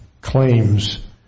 claims